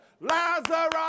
Lazarus